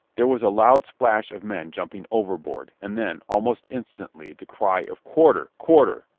there was a loud splash of men jumping overboard, and then, almost instantly, the cry of quarter! quarter!